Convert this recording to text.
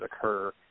occur